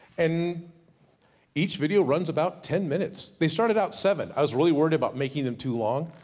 and each video runs about ten minutes. they started out seven. i was really worried about making them too long.